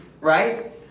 right